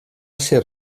ser